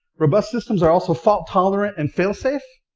robust systems are also fault tolerant and fail-safe.